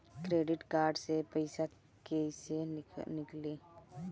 Credit card से पईसा केइसे निकली?